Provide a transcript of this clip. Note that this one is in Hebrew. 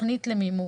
ותכנית למימוש.